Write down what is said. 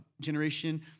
generation